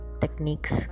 techniques